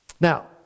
Now